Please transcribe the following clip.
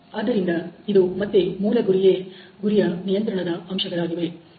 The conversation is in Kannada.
ಆದ್ದರಿಂದ ಇದು ಮತ್ತೆ ಮೂಲ ಗುರಿಯೇ ನಿಯಂತ್ರಣದ ಅಂಶಗಳಾಗಿವೆ